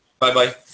Bye-bye